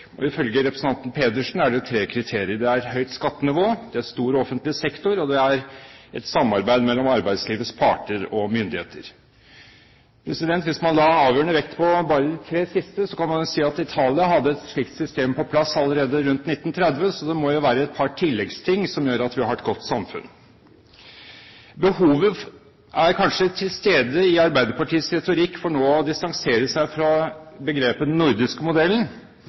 norsk. Ifølge representanten Pedersen er det tre kriterier. Det er: – høyt skattenivå – stor offentlig sektor – samarbeid mellom arbeidslivets parter og myndigheter Hvis man la avgjørende vekt på bare disse tre, kan man si at Italia hadde et slikt system på plass allerede rundt 1930, så det må jo være et par ting i tillegg som gjør at vi har et godt samfunn. Behovet er kanskje til stede i Arbeiderpartiets retorikk for nå å distansere seg fra begrepet «den nordiske modellen»,